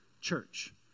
church